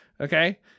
Okay